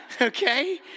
okay